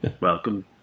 welcome